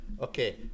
okay